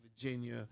Virginia